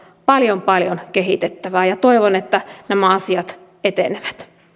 paljon paljon kehitettävää ja toivon että nämä asiat etenevät